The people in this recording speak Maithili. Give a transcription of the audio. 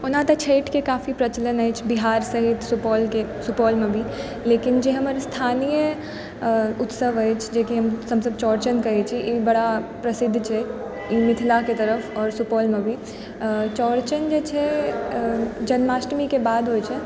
ओना तऽ छठिके काफी प्रचलन अछि बिहारसँ सुपौलमे भी लेकिन जे हमर स्थानीय उत्सव अछि जे की हमसब चौड़चन कहै छी ई बड़ा प्रसिद्ध छै ई मिथिलाके तरह सुपौलमे भी चौड़चन जे छै जन्माष्टमीके बाद होइ छै